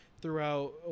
throughout